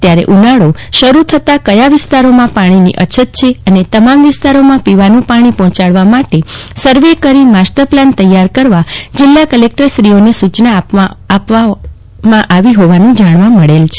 ત્યારે ઉનાળો શરૂ થતા ક્યાં વિસ્તારો માં પાણી અછત છે અને તમામ વિસ્તારોમાં પીવાનું પાણી પહોચડવા માટે સર્વે કરી માસ્ટર પ્લાન તૈયાર કરવા જીલ્લા કલેકટર શ્રીઓને સુચના આપવામાં આવી હોવાનું જાણવા મળેલ છે